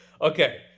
Okay